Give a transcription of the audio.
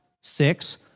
Six